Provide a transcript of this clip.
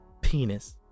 penis